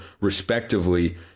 respectively